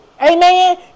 Amen